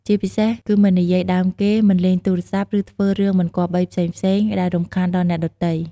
ជាពិសេស គឺមិននិយាយដើមគេ មិនលេងទូរស័ព្ទ ឬធ្វើរឿងមិនគប្បីផ្សេងៗដែលរំខានដល់អ្នកដទៃ។